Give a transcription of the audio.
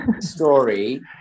...story